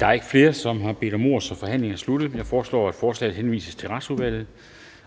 Der er ikke flere, som har bedt om ordet, så forhandlingen er sluttet. Jeg foreslår, at forslaget til folketingsbeslutning henvises til Retsudvalget.